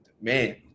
man